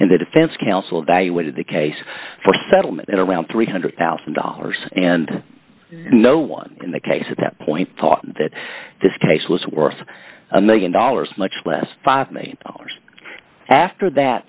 and the defense counsel evaluated the case for settlement at around three hundred thousand dollars and no one in the case at that point thought that this case was worth a one million dollars much less five million dollars after that